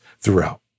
throughout